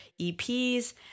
EPs